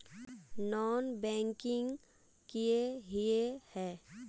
Non banking किए हिये है?